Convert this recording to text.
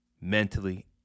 mentally